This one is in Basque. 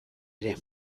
ere